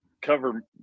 cover